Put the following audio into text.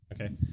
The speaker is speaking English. Okay